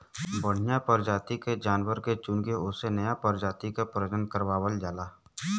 बढ़िया परजाति के जानवर के चुनके ओसे नया परजाति क प्रजनन करवावल जाला